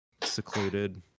secluded